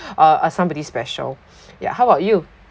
uh a somebody special yeah how about you